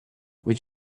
would